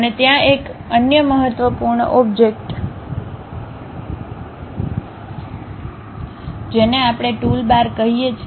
અને ત્યાં એક અન્ય મહત્વપૂર્ણ ઓબ્જેક્ટ છે જેને આપણે ટૂલબાર કહીએ છીએ